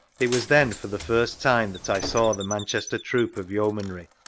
it was then for the first time that i saw the man chester troop of yeomanry